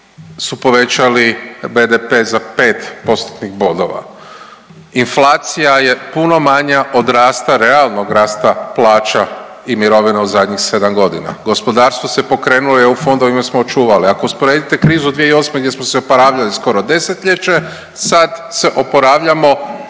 su povećali BDP za 5 postotnih bodova, inflacija je puno manja o rasta, realnog rasta plaća i mirovina u zadnjih 7 godina, gospodarstvo se pokrenulo, EU fondovima smo očuvali, ako usporedite krizu 2008. gdje smo se oporavljali skoro desetljeće, sad se oporavljamo, praktički,